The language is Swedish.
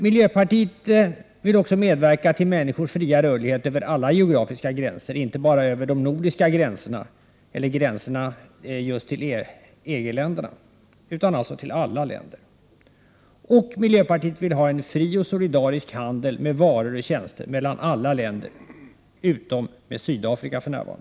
Miljöpartiet vill också medverka till människors fria rörlighet över alla geografiska gränser, inte bara över de nordiska gränserna eller gränserna till EG-länderna. Miljöpartiet vill också ha en fri och solidarisk handel med varor och tjänster mellan alla länder, utom för närvarande med Sydafrika.